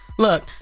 Look